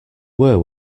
were